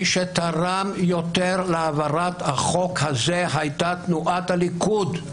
מי שתרם יותר להעברת החוק הזה היה תנועת הליכוד.